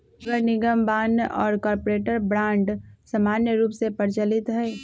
नगरनिगम बान्ह आऽ कॉरपोरेट बॉन्ड समान्य रूप से प्रचलित हइ